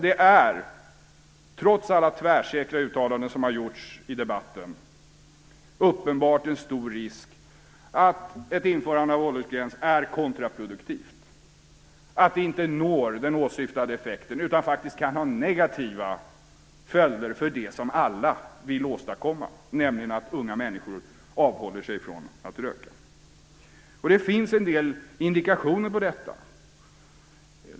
Det är, trots alla tvärsäkra uttalanden som har gjorts i debatten, uppenbart en stor risk att ett införande av åldersgräns är kontraproduktivt och att det inte når den åsyftade effekten, utan faktiskt kan ha negativa följder för det som alla vill åstadkomma, nämligen att unga människor avhåller sig från att röka. Det finns en del indikationer på detta.